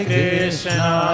Krishna